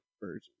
version